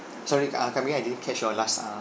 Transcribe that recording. sorry uh come again I didn't catch your last err